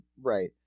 Right